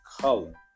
color